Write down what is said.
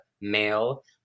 male